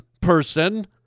person